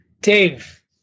Dave